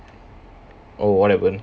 oh what happened